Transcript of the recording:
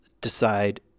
decide